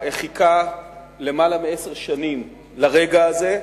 חיכה למעלה מעשר שנים לרגע הזה,